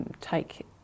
take